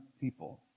people